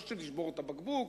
או שנשבור את הבקבוק,